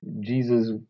Jesus